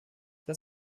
das